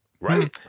right